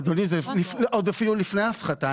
אדוני, זה עוד אפילו לפני ההפחתה.